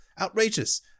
Outrageous